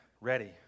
ready